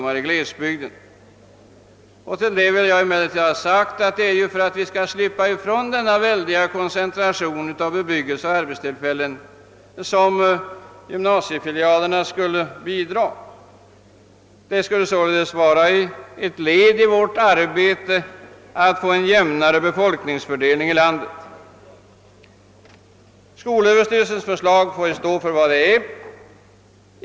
Men enligt min mening skulle gymnasiefilialerna bidraga till att vi slapp ifrån denna väldiga koncentration av bebyggelse och arbetstillfällen; de skulle således vara ett led i våra strävanden att erhålla en jämnare befolkningsfördelning i landet. SÖ:s förslag får stå för vad det är.